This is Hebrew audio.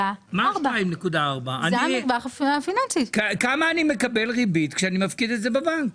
2.4. כמה ריבית אני מקבל כשאני מפקיד בבנק?